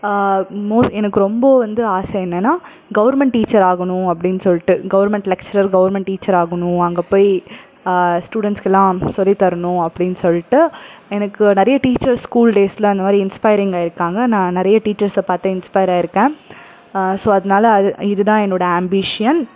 மோர் எனக்கு ரொம்ப வந்து ஆசை என்னன்னா கவர்மண்ட் டீச்சராகணும் அப்படின்னு சொல்லிட்டு கவர்மண்ட் லக்ச்சரர் கவர்மண்ட் டீச்சராகணும் அங்கே போய் ஸ்டூடண்ட்ஸ்க்குலாம் சொல்லி தரணும் அப்படின்னு சொல்லிட்டு எனக்கு நிறைய டீச்சர்ஸ் ஸ்கூல் டேஸில் அந்தமாதிரி இன்ஸ்பையரிங் ஆயிருக்காங்க நான் நிறைய டீச்சர்ஸ்ஸை பார்த்து இன்ஸ்பையர் ஆயிருக்கேன் ஸோ அதனால அது இது தான் என்னோட ஆம்பிஷன்